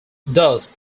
thus